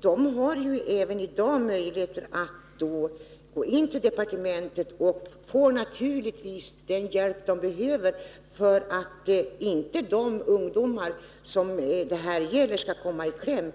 de har ju även i dag möjligheter att då gå till departementet. De får naturligtvis den hjälp de behöver för att de ungdomar det här gäller inte skall komma i kläm.